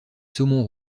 saumon